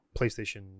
PlayStation